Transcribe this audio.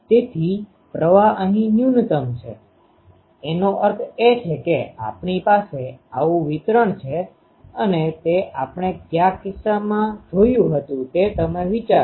તેથી પ્રવાહ અહીં ન્યૂનતમ છે એનો અર્થ એ છે કે આપણી પાસે આવું વિતરણ છે અને તે આપણે ક્યાં કિસ્સામાં જોયું હતું તે તમે વિચારો